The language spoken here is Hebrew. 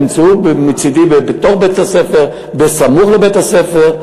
ימצאו מקום מצדי בתוך בית-הספר, סמוך לבית-הספר.